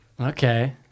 Okay